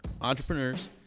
entrepreneurs